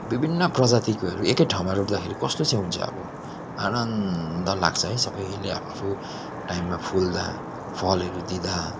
विभिन्न प्रजातिकोहरू एकै ठाँउमा रोपदाखेरि कस्तो चाहिँ हुन्छ अब आनन्द लाग्छ है सबैले आफु आफु टाइममा फुल्दा फलहरू दिँदा